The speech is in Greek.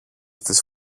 τις